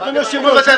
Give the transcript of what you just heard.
אדוני היושב-ראש,